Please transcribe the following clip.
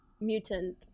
mutant